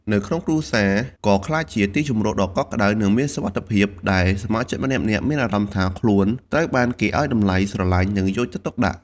នៅក្នុង គ្រួសារក៏ក្លាយជាទីជម្រកដ៏កក់ក្តៅ និងមានសុវត្ថិភាព ដែលសមាជិកម្នាក់ៗមានអារម្មណ៍ថាខ្លួនត្រូវបានគេឲ្យតម្លៃ ស្រឡាញ់ និងយកចិត្តទុកដាក់។